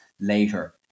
later